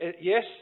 yes